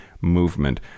movement